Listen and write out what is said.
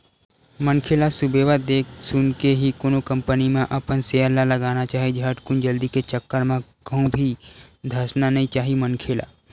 मनखे ल सुबेवत देख सुनके ही कोनो कंपनी म अपन सेयर ल लगाना चाही झटकुन जल्दी के चक्कर म कहूं भी धसना नइ चाही मनखे ल